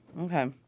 Okay